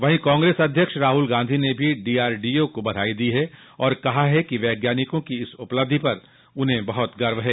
वहीं कांग्रेस अध्यक्ष राहुल गांधी ने भी डीआरडीओ को बधाई दी और कहा कि वज्ञानिकों की इस उपलब्धि पर उन्हं बहुत गर्व है